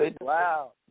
wow